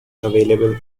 available